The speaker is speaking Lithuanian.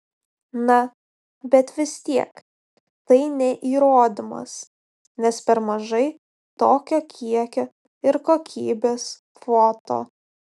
na bet vis tiek tai ne įrodymas nes per mažai tokio kiekio ir kokybės foto